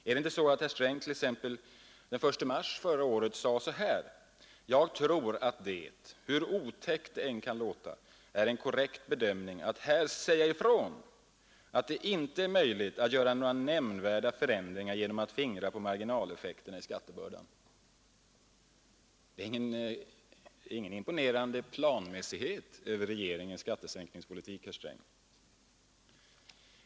Är det inte så att herr Sträng den 1 mars förra året sade så här: ”Jag tror att det hur otäckt det än kan låta är en korrekt bedömning att här säga ifrån att det inte är möjligt att göra några nämnvärda förändringar genom att fingra på marginaleffekterna i skattebördan.” Det är ingen imponerande planmässighet över regeringens skattesänkningspolitik, herr Sträng.